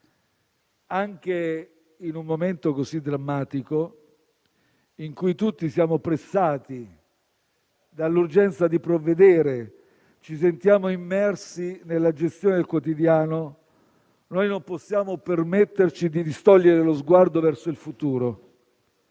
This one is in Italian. Anche in un momento così drammatico, in cui tutti siamo pressati dall'urgenza di provvedere e ci sentiamo immersi nella gestione del quotidiano, non possiamo permetterci di distogliere lo sguardo dal futuro;